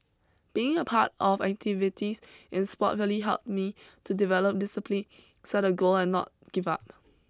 being a part of activities in sport really helped me to develop discipline set a goal and not give up